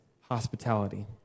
hospitality